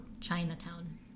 Chinatown